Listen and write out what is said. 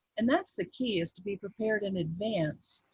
and that's the key, is to be prepared in advance,